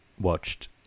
watched